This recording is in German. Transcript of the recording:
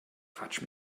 quatsch